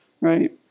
right